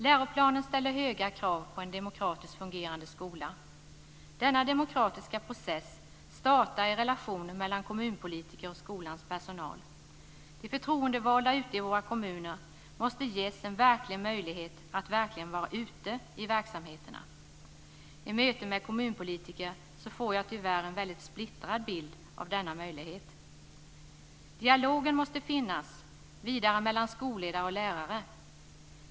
Läroplanen ställer höga krav på en demokratiskt fungerande skola. Denna demokratiska process startar i relationen mellan kommunpolitiker och skolans personal. De förtroendevalda ute i våra kommuner måste ges en verklig möjlighet att vara ute i verksamheterna. I möten med kommunpolitiker får jag tyvärr en väldigt splittrad bild av denna möjlighet. Dialogen måste vidare finnas mellan skolledare och lärare.